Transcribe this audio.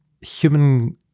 human